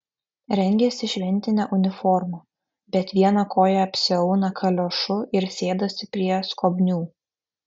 rengiasi šventine uniforma bet vieną koją apsiauna kaliošu ir sėdasi prie skobnių